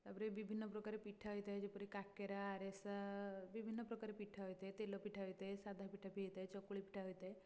ତା'ପରେ ବିଭିନ୍ନ ପ୍ରକାର ପିଠା ହେଇଥାଏ ଯେପରି କାକେରା ଆରିସା ବିଭିନ୍ନ ପ୍ରକାର ପିଠା ହୋଇଥାଏ ତେଲ ପିଠା ହୋଇଥାଏ ସାଧା ପିଠା ହୋଇଥାଏ ଚକୁଳି ପିଠା ବି ହୋଇଥାଏ